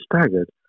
staggered